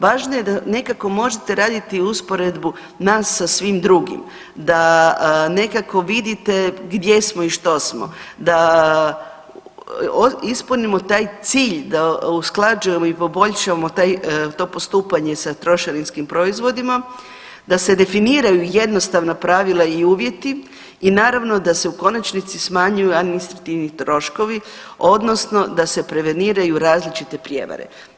Važna je da nekako možete raditi usporedbu nas sa svim drugim, da nekako vidite gdje smo i što smo, da ispunimo taj cilj da usklađujemo i poboljšamo to postupanje sa trošarinskim proizvodima, da se definiraju jednostavna pravila i uvjeti i naravno da se u konačnici smanjuju administrativni troškovi, odnosno da se preveniraju različite prijevare.